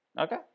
okay